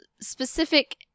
specific